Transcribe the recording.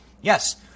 Yes